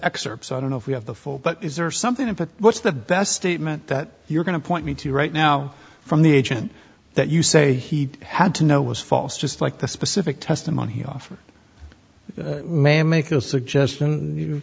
excerpts i don't know if we have the full but is there something about what's the best statement that you're going to point me to right now from the agent that you say he had to know was false just like the specific testimony he offered may make a suggestion cou